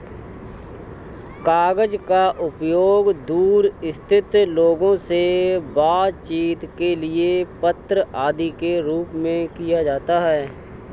कागज का उपयोग दूर स्थित लोगों से बातचीत के लिए पत्र आदि के रूप में किया जाता है